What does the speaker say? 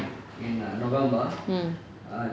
mm